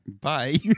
Bye